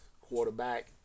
quarterback